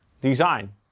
design